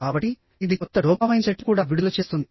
కాబట్టి ఇది కొత్త డోపామైన్ సెట్ను కూడా విడుదల చేస్తుంది